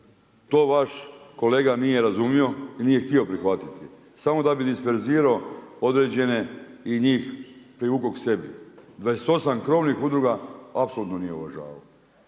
To vaš kolega nije razumio i nije htio prihvatiti samo da bi disperzirao određene i njih privukao sebi. 28 krovnih udruga apsolutno nije uvažavao.